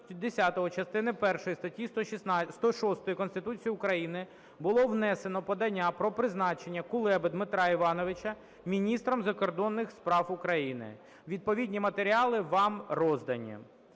10 частини першої статті 106 Конституції України було внесено подання про призначення Кулеби Дмитра Івановича міністром закордонних справ України. Відповідні матеріали вам роздані.